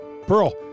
Pearl